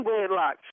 wedlock